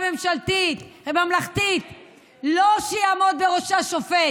ועדת חקירה ממלכתית, לא שיעמוד בראשה שופט